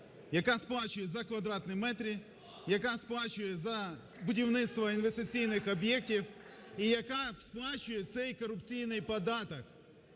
яка сплачує за квадратні метри, яка сплачує за будівництво інвестиційних об'єктів і яка сплачує цей корупційний податок.